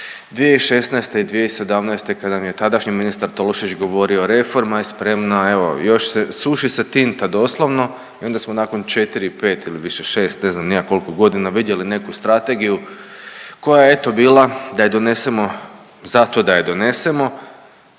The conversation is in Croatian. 2016. i 2017. kada mi je tadašnji ministar Tolušić govorio reforma je spremna, evo još se suši se tinta doslovno i onda smo nakon 4, 5 ili više 6 ne znam ni ja koliko godina vidjeli neku strategiju koja je eto bila da je donesemo zato da je donesemo.